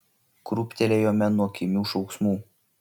krūptelėjome nuo kimių šauksmų